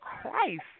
Christ